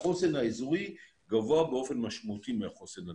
באים ואומרים שהחוסן האזורי גבוה באופן משמעותי מהחוסן הלאומי.